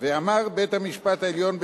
ואמר בית-המשפט העליון,